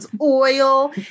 oil